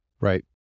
Right